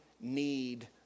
need